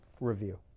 review